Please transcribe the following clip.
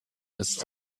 ist